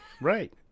right